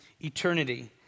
eternity